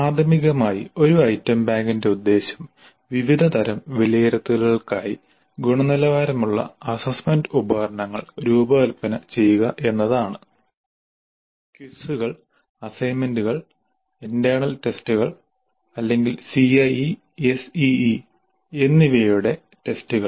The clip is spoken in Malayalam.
പ്രാഥമികമായി ഒരു ഐറ്റം ബാങ്കിന്റെ ഉദ്ദേശ്യം വിവിധതരം വിലയിരുത്തലുകൾക്കായി ഗുണനിലവാരമുള്ള അസ്സസ്സ്മെന്റ് ഉപകരണങ്ങൾ രൂപകൽപ്പന ചെയ്യുക എന്നതാണ് ക്വിസുകൾ അസൈൻമെന്റുകൾ ഐറ്റ്റെർണൽ ടെസ്റ്റുകൾ അല്ലെങ്കിൽ CIE SEE എന്നിവയുടെ ടെസ്റ്റുകൾ